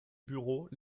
bureaux